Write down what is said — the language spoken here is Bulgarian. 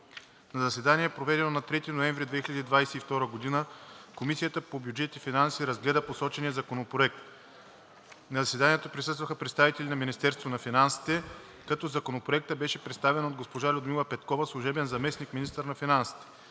На заседание, проведено на 3 ноември 2022 г., Комисията по бюджет и финанси разгледа посочения законопроект. На заседанието присъстваха представителите на Министерството на финансите, като Законопроектът беше представен от госпожа Людмила Петкова – служебен заместник-министър на финансите.